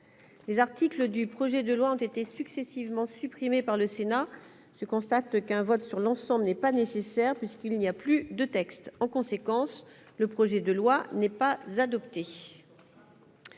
sept articles du projet de loi ayant été successivement rejetés par le Sénat, je constate qu'un vote sur l'ensemble n'est pas nécessaire, puisqu'il n'y a plus de texte. En conséquence, le projet de loi de règlement